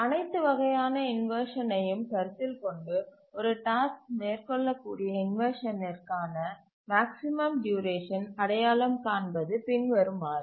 அனைத்து வகையான இன்வர்ஷனையும் கருத்தில் கொண்டு ஒரு டாஸ்க் மேற்கொள்ளக்கூடிய இன்வர்ஷனிற்கு ஆன மேக்ஸிமம் டியூரேஷன் அடையாளம் காண்பது பின்வருமாறு